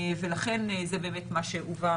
ולכן זה באמת מה שהובא